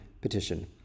petition